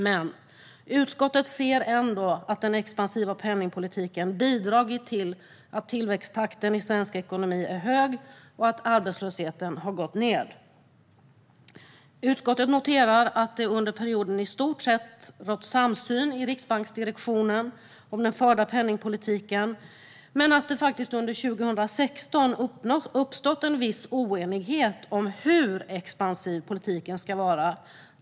Men utskottet ser ändå att den expansiva penningpolitiken har bidragit till att tillväxttakten i svensk ekonomi är hög och att arbetslösheten har gått ned. Utskottet noterar att det under perioden i stort sett rått samsyn i riksbanksdirektionen om den förda penningpolitiken men att det faktiskt under 2016 uppstått en viss oenighet om hur expansiv politiken ska vara.